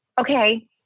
okay